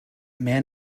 man